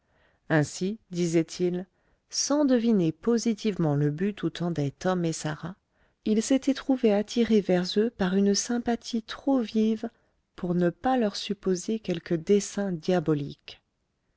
ainsi disait-il sans deviner positivement le but où tendaient tom et sarah il s'était trouvé attiré vers eux par une sympathie trop vive pour ne pas leur supposer quelque dessein diabolique